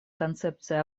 концепции